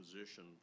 position